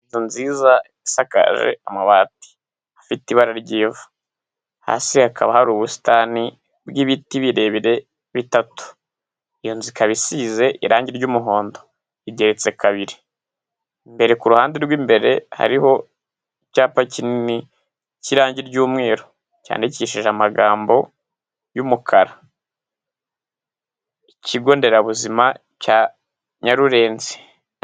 Inzu nziza isakaje amabati afite ibara ry'ivu, hasi hakaba hari ubusitani bw'ibiti birebire bitatu, iyo nzu ikaba isize irangi ry'umuhondo igeretse kabiri, imbere ku ruhande rw'imbere hariho icyapa kinini cy'irangi ry'umweru cyandikishije amagambo y'umukara, ikigo nderabuzima cya Nyarurenzi.